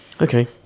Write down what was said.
Okay